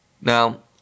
Now